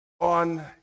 On